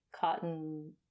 cotton